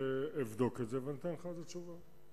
אבדוק את זה ואתן לך תשובה על זה.